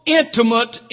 intimate